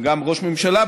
וגם ראש ממשלה,